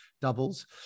doubles